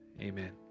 Amen